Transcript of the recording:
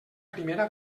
primera